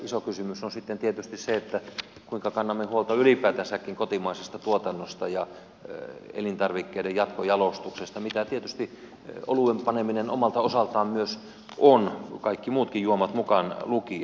iso kysymys on tietysti se kuinka kannamme huolta ylipäätänsäkin kotimaisesta tuotannosta ja elintarvikkeiden jatkojalostuksesta mitä tietysti oluen paneminen omalta osaltaan myös on kaikki muutkin juomat mukaan lukien